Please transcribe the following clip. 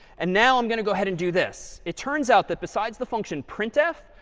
and now i'm going to go ahead and do this. it turns out that besides the function printf,